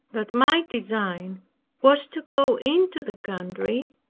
that my design was to go into the country,